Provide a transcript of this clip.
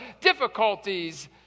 difficulties